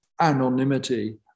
anonymity